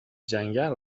جنگلی